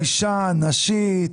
היא אישה נשית.